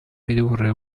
ridurre